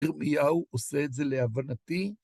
ירמיהו עושה את זה, להבנתי.